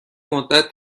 مدت